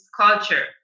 culture